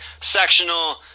sectional